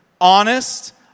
honest